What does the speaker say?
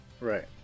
Right